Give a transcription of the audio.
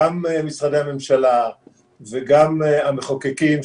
גם משרדי הממשלה וגם המחוקקים,